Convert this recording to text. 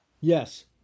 Yes